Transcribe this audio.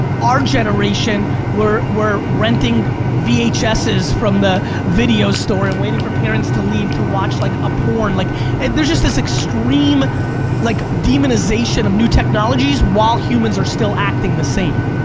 our generation we're we're renting vhss from the video store and waiting for parents to leave to watch like a porn. like and there's this this extreme like demonization of new technologies while humans are still acting the same.